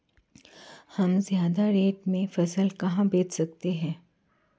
हम ज्यादा रेट में फसल कहाँ बेच सकते हैं?